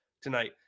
tonight